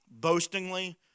boastingly